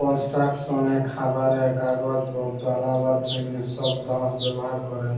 কলস্ট্রাকশলে, খাবারে, কাগজ বালাবার জ্যনহে ছব বাঁশ ব্যাভার ক্যরে